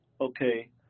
okay